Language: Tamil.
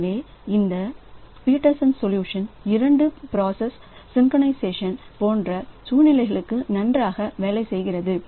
எனவே இந்த பீட்டர்சன் தீர்வு இரண்டு பிராசஸ் சின்கிரோநைஸ்ஷன் போன்ற சூழ்நிலைகளுக்கு நன்றாக வேலை செய்கிறது